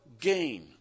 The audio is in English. gain